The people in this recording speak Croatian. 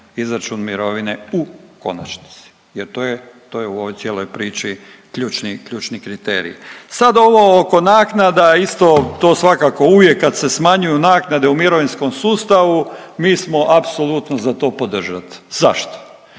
izračun mirovine u konačnici jer to je u ovoj cijeloj priči ključni kriterij. Sad ovo oko naknada isto to svakako uvijek kad se smanjuju naknade u mirovinskom sustavu mi smo apsolutno za to podržati. Zašto?